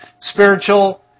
spiritual